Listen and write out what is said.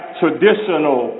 traditional